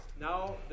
Now